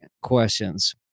questions